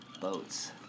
boats